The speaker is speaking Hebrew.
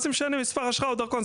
מה זה משנה מספר אשרה או דרכון.